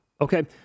Okay